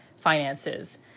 finances